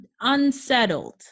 unsettled